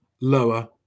lower